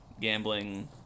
gambling